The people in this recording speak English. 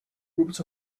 groups